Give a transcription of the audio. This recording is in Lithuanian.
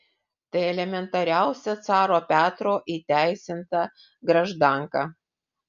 tai elementariausia caro petro įteisinta graždanka